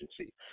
agency